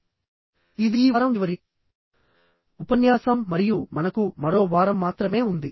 ఇది ఈ వారం చివరి ఉపన్యాసం మరియు మనకు మరో వారం మాత్రమే ఉంది